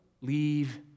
leave